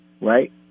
right